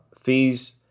fees